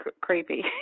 creepy